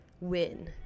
win